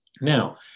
now